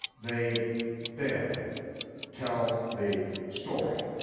they then tell the story